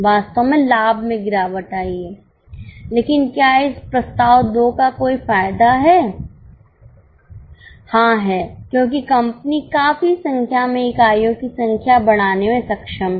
वास्तव में लाभ में गिरावट आई है लेकिन क्या इस प्रस्ताव 2 का कोई फायदा है हाँ है क्योंकि कंपनी काफी संख्या में इकाइयों की संख्या बढ़ाने में सक्षम है